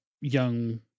young